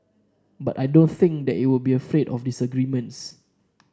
but I don't think that it will be afraid of disagreements